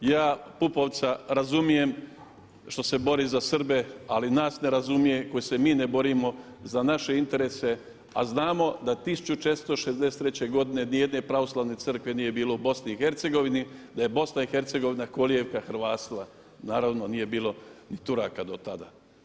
Ja Pupovca razumijem što se bori za Srbe, ali nas ne razumije koji se mi ne borimo za naše interese, a znamo da 1463. nijedne pravoslavne crkve nije bilo u BiH, da je BiH kolijevka hrvatstva, naravno nije bilo ni Turaka do tada.